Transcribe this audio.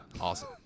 Awesome